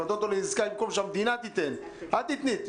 אתה נותן אותו לנזקק במקום שהמדינה תיתן אל תיתני,